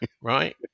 right